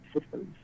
systems